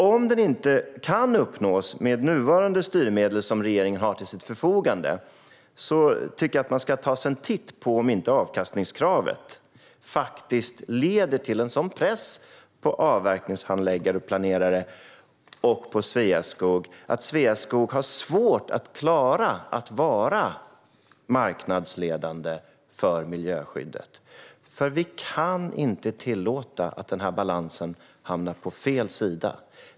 Om den inte kan uppnås med de nuvarande styrmedel som regeringen har till sitt förfogande tycker jag att man ska ta sig en titt på om inte avkastningskravet faktiskt leder till en sådan press på avverkningshandläggare, på planerare och på Sveaskog att Sveaskog har svårt att klara att vara marknadsledande för miljöskyddet. Vi kan inte tillåta att denna balans hamnar på fel sida.